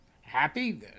Happy